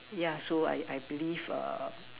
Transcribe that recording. yeah so I I believe err